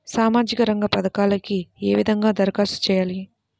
సామాజిక రంగ పథకాలకీ ఏ విధంగా ధరఖాస్తు చేయాలి?